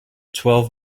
twelve